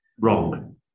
wrong